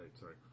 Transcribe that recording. sorry